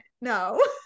no